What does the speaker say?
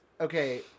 okay